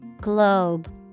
Globe